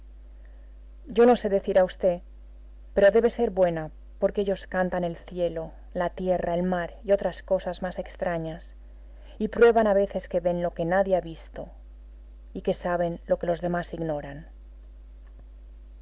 yo no sé decir a v pero debe ser buena porque ellos cantan el cielo la tierra el mar y otras cosas más extrañas y prueban a veces que ven lo que nadie ha visto y que saben lo que los demás ignoran